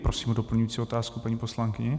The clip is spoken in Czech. Prosím doplňující otázku, paní poslankyně.